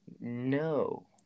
No